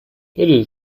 little